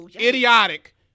idiotic